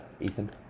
Ethan